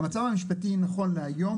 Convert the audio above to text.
המצב המשפטי נכון להיום,